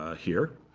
ah here.